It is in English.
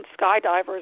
skydivers